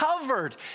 covered